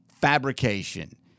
fabrication